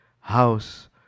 house